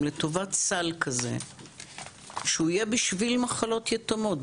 לטובת סל כזה שהוא יהיה בשביל מחלות יתומות,